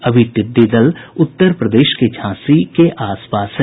अभी टिड्डी दल उत्तर प्रदेश के झांसी के आस पास है